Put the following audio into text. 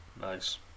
nice